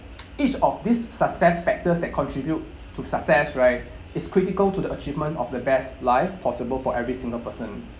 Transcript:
each of these success factors that contribute to success right is critical to the achievement of the best life possible for every single person